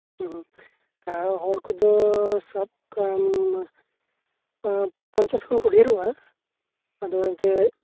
ᱦᱮᱸ ᱦᱮᱸ ᱟᱨ ᱦᱚᱲ ᱠᱚᱫᱚ ᱥᱟᱵ ᱠᱟᱜ ᱟᱢᱯᱚᱧᱪᱟᱥ ᱠᱷᱚᱱ ᱠᱚ ᱰᱷᱮᱨᱳᱜᱼᱟ ᱟᱫᱚ ᱮᱱᱛᱮᱫ